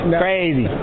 Crazy